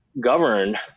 govern